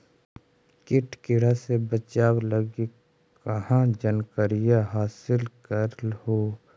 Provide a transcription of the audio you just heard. किट किड़ा से बचाब लगी कहा जानकारीया हासिल कर हू?